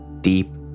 deep